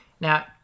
Now